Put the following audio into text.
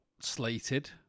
slated